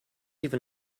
even